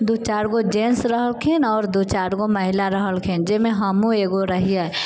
दू चारिगो जेन्टस रहलखिन आओर दू चारिगो महिला रहलखिन जाहिमे हमहुँ एकगो रहियै